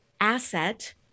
asset